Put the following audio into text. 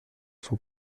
son